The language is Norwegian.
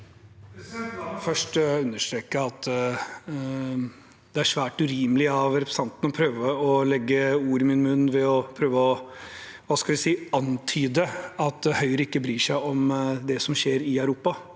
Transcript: La meg først un- derstreke at det er svært urimelig av representanten å prøve å legge ord i min munn ved å prøve å antyde at Høyre ikke bryr seg om det som skjer i Europa.